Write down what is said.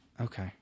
Okay